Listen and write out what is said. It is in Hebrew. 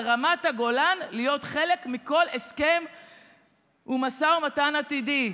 על רמת הגולן להיות חלק מכל הסכם ומשא ומתן עתידי.